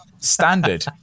standard